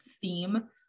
theme